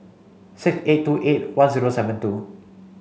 six eight two eight one zero seven two